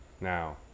Now